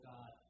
God